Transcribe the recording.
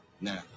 Now